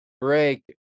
break